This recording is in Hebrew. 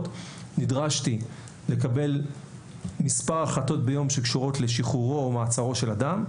נדרשתי לקבל ביום אחד מספר החלטות שקשורות לשחרורו או מעצרו של אדם,